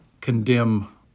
condemn